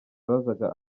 bazaga